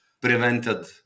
prevented